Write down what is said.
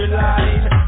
line